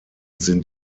sind